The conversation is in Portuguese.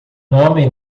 homem